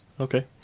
Okay